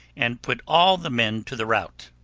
and put all the men to the rout.